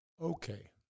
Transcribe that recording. Okay